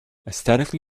aesthetically